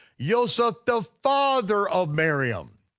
yoseph the father of miriam.